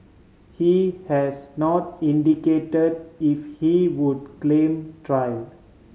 he has not indicate if he would claim trial